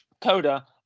Coda